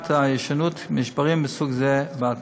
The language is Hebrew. ולמניעת הישנות של משברים מסוג זה בעתיד.